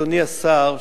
אדוני השר,